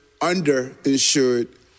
underinsured